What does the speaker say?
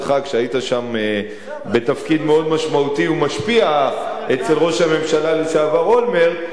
כשהיית שם בתפקיד מאוד משמעותי ומשפיע אצל ראש הממשלה לשעבר אולמרט,